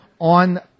on